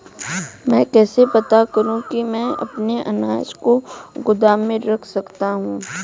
मैं कैसे पता करूँ कि मैं अपने अनाज को गोदाम में रख सकता हूँ?